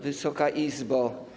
Wysoka Izbo!